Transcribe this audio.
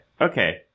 Okay